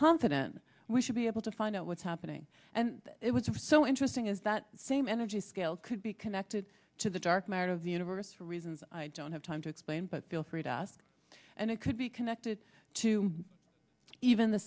confident we should be able to find out what's happening and it was so interesting is that same energy scale could be connected to the dark matter of the universe for reasons i don't have time to explain but feel free to ask and it could be connected to even the